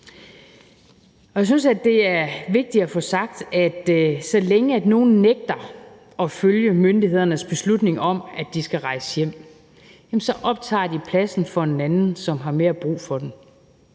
jeg synes, at det er vigtigt at få sagt, at så længe nogle nægter at følge myndighedernes beslutning om, at de skal rejse hjem, så optager de pladsen for en anden, som har mere brug for den.